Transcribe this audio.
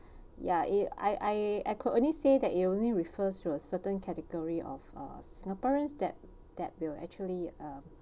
ya I I I could only say that it only refers to a certain category of uh singaporeans that that will actually